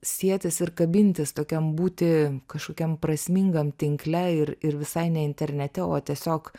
sietis ir kabintis tokiam būti kažkokiam prasmingam tinkle ir ir visai ne internete o tiesiog